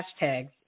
hashtags